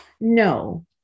No